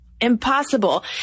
Impossible